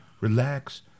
relax